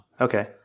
Okay